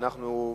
אנחנו,